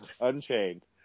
Unchained